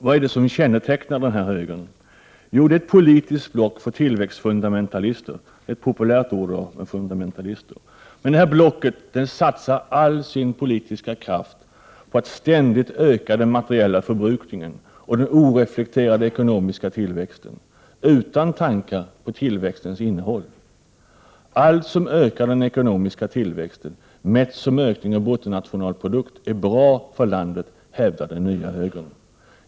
Vad är det som kännetecknar den nya högern? Det är ett politisk block för tillväxtfundamentalister — fundamentalister är ett populärt ord i dag. Blocket satsar all sin politiska kraft på att ständigt öka den materiella förbrukningen och den oreflekterade ekonomiska tillväxten utan tankar på tillväxtens innehåll. Allt som ökar den ekonomiska tillväxten, mätt som ökning av bruttonationalprodukten, är bra för landet, hävdar den nya högern.